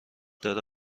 داره